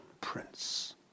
prince